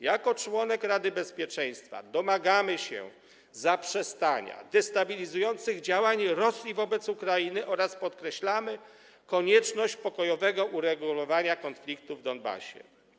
Jako członek Rady Bezpieczeństwa domagamy się zaprzestania destabilizujących działań Rosji wobec Ukrainy oraz podkreślamy konieczność pokojowego uregulowania konfliktu w Donbasie.